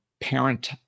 parent